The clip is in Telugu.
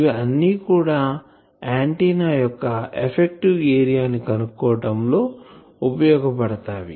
ఇవి అన్ని కూడా ఆంటిన్నా యొక్క ఎఫెక్టివ్ ఏరియా ని కనుక్కోవటం లో ఉపయోగపడతాయి